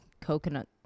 coconut